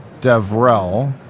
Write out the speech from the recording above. DevRel